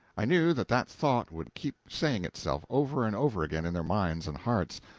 i knew that that thought would keep saying itself over and over again in their minds and hearts,